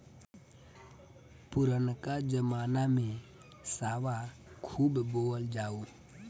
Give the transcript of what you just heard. पुरनका जमाना में सावा खूब बोअल जाओ